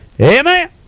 Amen